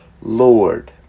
Lord